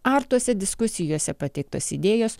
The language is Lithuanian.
ar tose diskusijose pateiktos idėjos